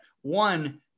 one